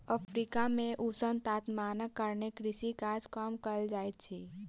Africa मे ऊष्ण तापमानक कारणेँ कृषि काज कम कयल जाइत अछि